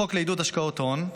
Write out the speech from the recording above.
חוק לעידוד השקעות הון,